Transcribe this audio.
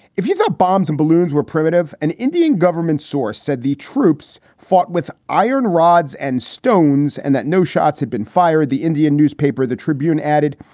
if you drop bombs and balloons were primitive. an indian government source said the troops fought with iron rods and stones and that no shots had been fired, the indian newspaper the tribune added.